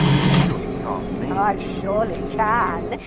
you surely can't mean i surely can.